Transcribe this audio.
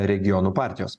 regionų partijos